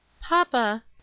Papa